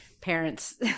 parents